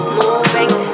moving